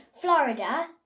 Florida